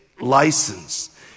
license